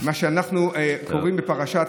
מה שאנחנו קוראים בפרשת,